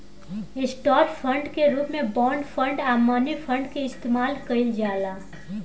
stock fund के रूप में बॉन्ड फंड आ मनी फंड के भी इस्तमाल कईल जाला